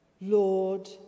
Lord